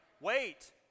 wait